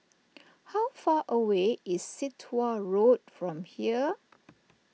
how far away is Sit Wah Road from here